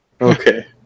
Okay